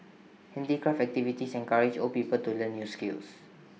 handicraft activities encourage old people to learn new skills